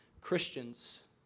Christians